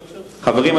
חברים,